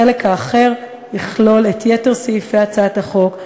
החלק האחר יכלול את יתר סעיפי הצעת החוק,